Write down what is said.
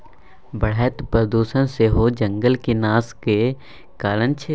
बढ़ैत प्रदुषण सेहो जंगलक नाशक कारण छै